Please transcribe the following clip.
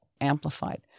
Amplified